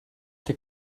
der